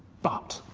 but